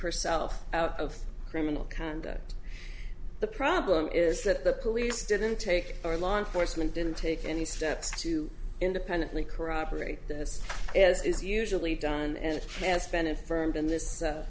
herself out of criminal conduct the problem is that the police didn't take our law enforcement didn't take any steps to independently corroborate this as is usually done and it